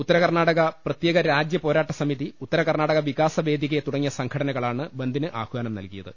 ഉത്തര കർണാടക പ്രത്യേക രാജ്യ പോരാട്ട സമിതി ഉത്തര കർണാടക വികാസ വേദികെ തുടങ്ങിയ സംഘടനകളാണ് ബന്ദിന് ആഹ്വാനം നൽകിയത്